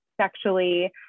sexually